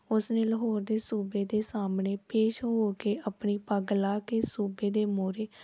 ਉਸ ਨੇ ਲਾਹੌਰ ਦੇ ਸੂਬੇ ਦੇ ਸਾਹਮਣੇ ਪੇਸ਼ ਹੋ ਕੇ ਆਪਣੀ ਪੱਗ ਲਾਹ ਕੇ ਸੂਬੇ ਦੇ ਮੂਹਰੇ